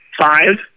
five